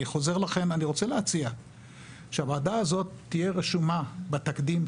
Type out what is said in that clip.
אני חוזר אליכם ואני רוצה להציע שהוועדה הזאת תהיה רשומה בתקדים,